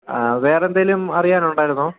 ആഹ്ഹ വേറെയെന്തെങ്കിലും അറിയാനുണ്ടായിരുന്നോ